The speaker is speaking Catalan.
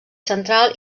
central